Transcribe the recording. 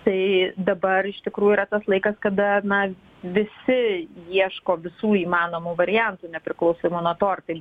tai dabar iš tikrųjų yra tas laikas kada na visi ieško visų įmanomų variantų nepriklausomai nuo to ar tai